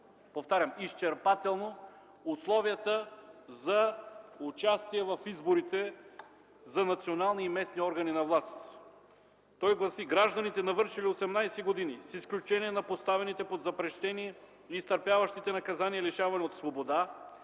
повтарям – изчерпателно, условията за участие в изборите за национални и местни органи на власт. Той гласи: „Гражданите, навършили 18 години, с изключение на поставените под запрещение и изтърпяващите наказание лишаване от свобода,